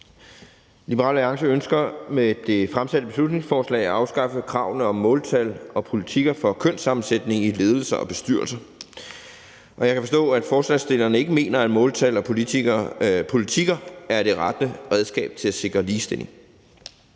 Liberal Alliance ønsker med det fremsatte beslutningsforslag at afskaffe kravene om måltal og politikker for kønssammensætning i ledelser og bestyrelser. Jeg kan forstå, at forslagsstillerne ikke mener, at måltal og politikker er det rette redskab til at sikre ligestilling.